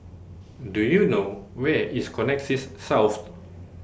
Do YOU know Where IS Connexis South